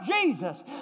Jesus